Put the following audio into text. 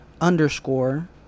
underscore